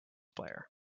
player